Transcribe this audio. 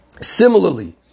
Similarly